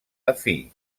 afí